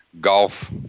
golf